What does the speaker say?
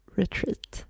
retreat